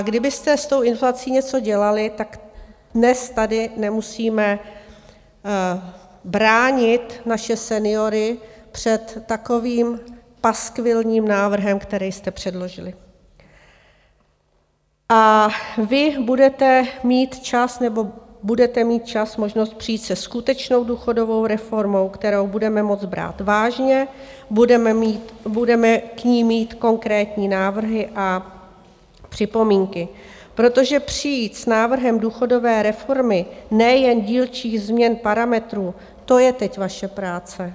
Kdybyste s tou inflací něco dělali, dnes tady nemusíme bránit naše seniory před takovým paskvilním návrhem, který jste předložili, a vy budete mít čas nebo budete mít možnost přijít se skutečnou důchodovou reformou, kterou budeme moct brát vážně, budeme k ní mít konkrétní návrhy a připomínky, protože přijít s návrhem důchodové reformy, ne jen dílčích změn parametrů, to je teď vaše práce.